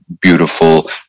beautiful